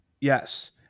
Yes